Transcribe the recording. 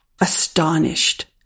astonished